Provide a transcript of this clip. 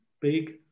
big